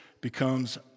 becomes